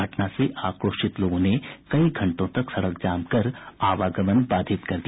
घटना से आक्रोशित लोगों ने कई घंटों तक सड़क जाम कर आवागमन बाधित कर दिया